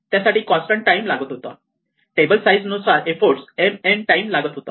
त्यासाठी constant time लागत होता टेबल साईज नुसार एफ्फोर्ट m n टाईम लागत होता